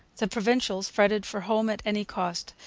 the provincials fretted for home at any cost.